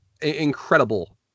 incredible